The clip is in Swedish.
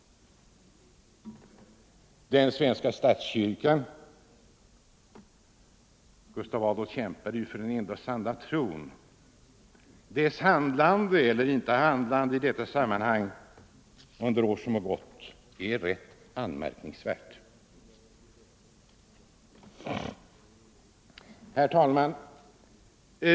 Den svenska statskyrkans — Gustav II Adolf kämpade ju för den enda sanna tron — handlande eller inte handlande i detta sammanhang under de år som har gått är rätt anmärkningsvärt. Herr talman!